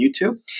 YouTube